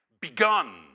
begun